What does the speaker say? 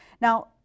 Now